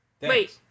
Wait